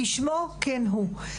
כשמו כן הוא.